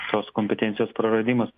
šios kompetencijos praradimas